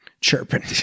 chirping